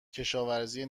کشاورزی